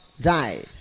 died